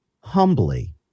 humbly